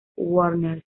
warnes